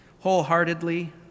wholeheartedly